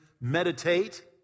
meditate